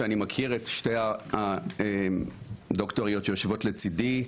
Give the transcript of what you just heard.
שאני מכיר את שתי הדוקטוריות שיושבות לצידי,